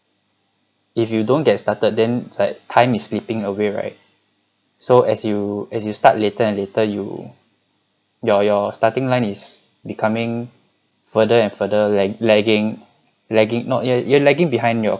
if you don't get started then it's like time is slipping away right so as you as you start later and later you your your starting line is becoming further and further lag lagging lagging not yet you are lagging behind your